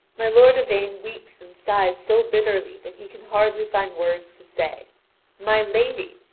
my lord yvain weeps and sighs so bitterly that he can hardly find words to say my lady,